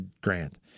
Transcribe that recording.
grand